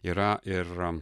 yra ir